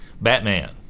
Batman